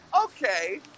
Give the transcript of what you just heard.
okay